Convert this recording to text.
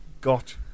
got